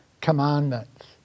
commandments